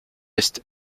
est